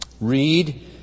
read